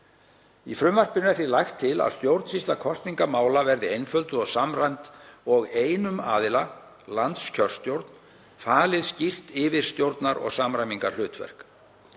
Í frumvarpinu er því lagt til að stjórnsýsla kosningamála verði einfölduð og samræmd og einum aðila, landskjörstjórn, falið skýrt yfirstjórnar- og samræmingarhlutverk.